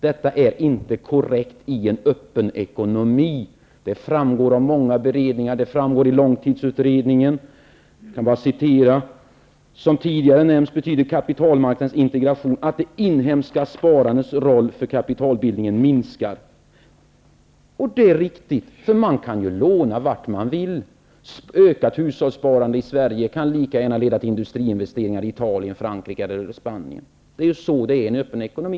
Detta är emellertid inte korrekt i en öppen ekonomi. Det framgår av många beredningar, t.ex. i långtidsutredningen. I den står det: Som tidigare nämnts betyder kapitalmarknadens integration att det inhemska sparandets roll för kapitalbildningen minskar. Detta är riktigt, eftersom man kan låna var man vill. Ökat hushållssparande i Sverige kan lika väl leda till industriinvesteringar i Italien, Frankrike eller Spanien. Det är så det är i en öppen ekonomi.